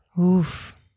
Oof